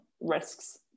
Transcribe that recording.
risks